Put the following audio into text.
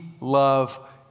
love